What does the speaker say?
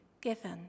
given